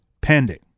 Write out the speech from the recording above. pending